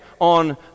on